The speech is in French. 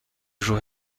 jour